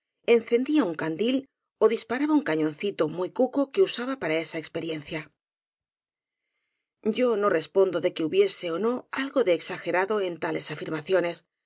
encendía un candil ó disparaba un cañoncito muy cuco que usaba para esta experiencia yo no respondo de que hubiese ó no algo de exagerado en tales afirmaciones